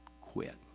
quit